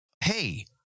hey